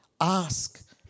ask